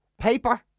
Paper